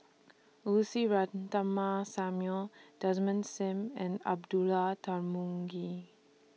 Lucy Ratnammah Samuel Desmond SIM and Abdullah Tarmugi